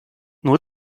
nur